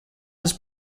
his